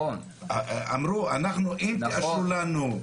הממשלתי אמרו אם תאשרו לנו,